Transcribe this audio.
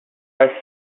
are